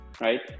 right